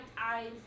eyes